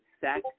sex